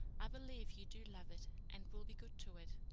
i believe you do love it and will be good to it.